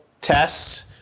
tests